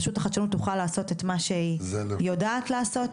על מנת שהרשות לחדשנות תוכל לעשות את מה שהיא יודעת לעשות,